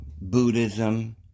Buddhism